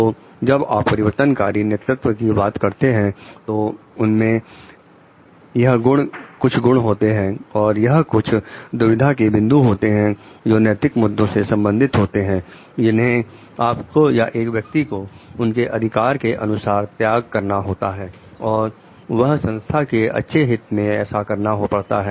तो जब आप परिवर्तनकारी नेतृत्व की बात करते हैं तो उनके यह कुछ गुण होते हैं और यह कुछ दुविधा के बिंदु होते हैं जो नैतिक मुद्दों से संबंधित होते हैं जिन्हें आपको या एक व्यक्ति को उसके अधिकार के अनुसार त्यागना होता है और वह संस्था के अच्छे हित में ऐसा करना पड़ता है